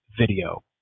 video